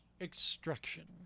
Extraction